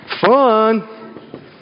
Fun